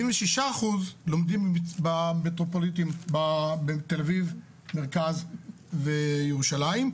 76% לומדים בתל אביב, מרכז וירושלים.